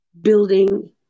building